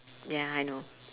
ya I know